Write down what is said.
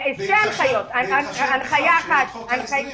בהתחשב בכך שיש את חוק ההסדרים